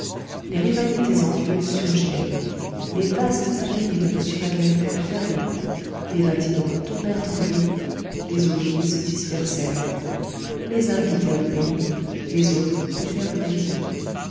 les rivalités envieuses surgirent les vastes ateliers de mr madeleine furent fermés les bâtiments tombèrent en ruine les ouvriers se dispersèrent les uns quittèrent le pays les autres quittèrent le métier